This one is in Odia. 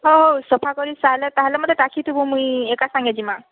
ହଉ ହଉ ସଫା କରି ସାଇଲେ ତାହେଲ ମୋତେ ତାକି ଥିବୁ ମୁଇଁ ଏକା ସାଙ୍ଗେ ଯିମା